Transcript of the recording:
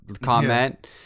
comment